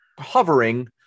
hovering